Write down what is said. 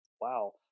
wow